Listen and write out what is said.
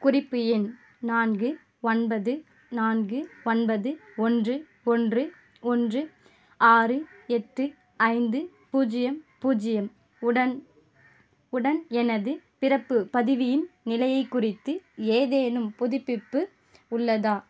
குறிப்பு எண் நான்கு ஒன்பது நான்கு ஒன்பது ஒன்று ஒன்று ஒன்று ஆறு எட்டு ஐந்து பூஜ்யம் பூஜ்யம் உடன் உடன் எனது பிறப்பு பதிவின் நிலையை குறித்து ஏதேனும் புதுப்பிப்பு உள்ளதா